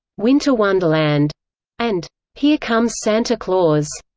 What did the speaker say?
winter wonderland and here comes santa claus.